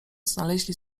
znaleźli